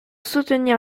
soutenir